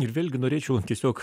ir vėlgi norėčiau tiesiog